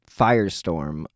firestorm